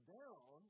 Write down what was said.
down